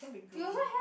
don't be greedy